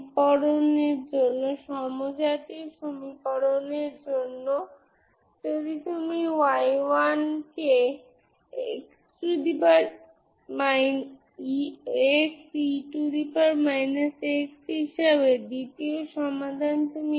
এই ধরনের একটি টুকরো টুকরো কন্টিনুয়াস ফাংশন আমি এর একটি লিনিয়ার সংমিশ্রণ হিসাবে লিখতে পারি